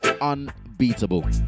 unbeatable